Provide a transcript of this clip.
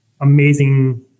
amazing